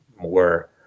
more